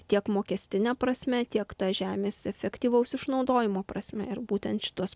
tiek mokestine prasme tiek ta žemės efektyvaus išnaudojimo prasme ir būtent šituos